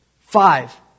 five